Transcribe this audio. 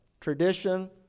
Tradition